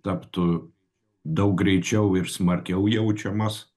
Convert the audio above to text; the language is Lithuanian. taptų daug greičiau ir smarkiau jaučiamas